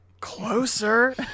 Closer